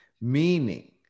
Meaning